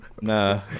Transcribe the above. Nah